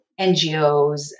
NGOs